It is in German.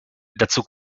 dazu